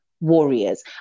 warriors